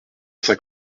cent